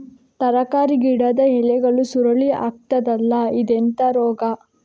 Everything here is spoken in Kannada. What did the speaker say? ತರಕಾರಿ ಗಿಡದ ಎಲೆಗಳು ಸುರುಳಿ ಆಗ್ತದಲ್ಲ, ಇದೆಂತ ರೋಗ?